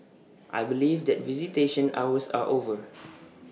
I believe that visitation hours are over